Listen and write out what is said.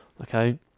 okay